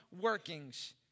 workings